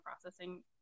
processing